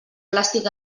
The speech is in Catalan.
plàstic